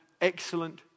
excellent